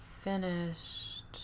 finished